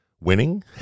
winning